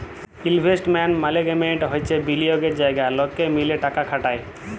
investment management হচ্যে বিলিয়গের জায়গা লকে মিলে টাকা খাটায়